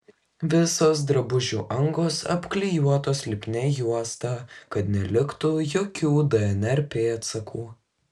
visos drabužių angos apklijuotos lipnia juosta kad neliktų jokių dnr pėdsakų